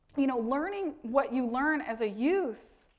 you know, learning what you learn as a youth,